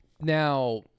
Now